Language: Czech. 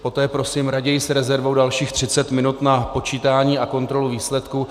Poté prosím raději s rezervou dalších třicet minut na počítání a kontrolu výsledků.